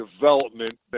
development